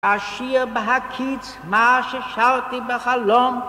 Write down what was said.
השיר בהקיץ, מה ששרתי בחלום